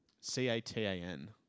C-A-T-A-N